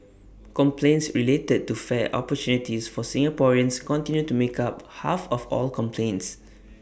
complaints related to fair opportunities for Singaporeans continue to make up half of all complaints